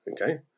Okay